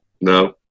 No